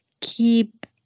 keep